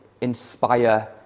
inspire